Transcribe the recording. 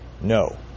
no